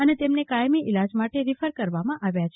અને તેમને કાયમી ઈલાજ માટે રીફર કરવામાં આવ્યા છે